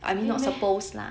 可以 meh